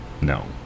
No